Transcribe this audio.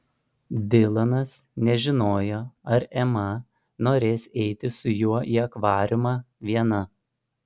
dilanas nežinojo ar ema norės eiti su juo į akvariumą viena